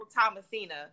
Thomasina